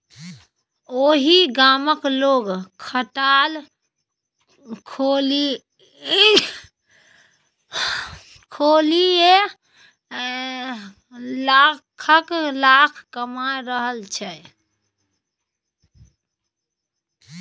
ओहि गामक लोग खटाल खोलिकए लाखक लाखक कमा रहल छै